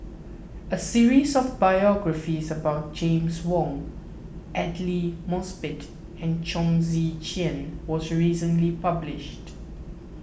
a series of biographies about James Wong Aidli Mosbit and Chong Tze Chien was recently published